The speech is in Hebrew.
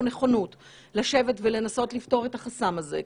נכונות לשבת ולנסות לפתור את החסם הזה.